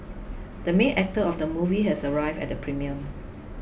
the main actor of the movie has arrived at the premiere